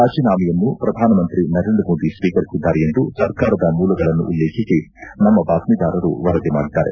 ರಾಜೀನಾಮೆಯನ್ನು ಪ್ರಧಾನಮಂತ್ರಿ ನರೇಂದ್ರ ಮೋದಿ ಸ್ವೀಕರಿಸಿದ್ದಾರೆ ಎಂದು ಸರ್ಕಾರದ ಮೂಲಗಳನ್ನುಲ್ಲೇಖಿಸಿ ನಮ್ಮ ಬಾತ್ಮೀದಾರರು ವರದಿ ಮಾಡಿದ್ದಾರೆ